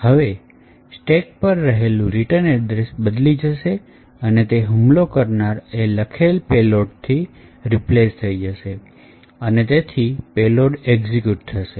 હવે સ્ટેક પર રહેલું રીટન એડ્રેસ બદલી જશે અને તે હુમલો કરનાર એ લખેલ payload થી રિપ્લેસ થશે અને તેથી payload એક્ઝિક્યુટ થશે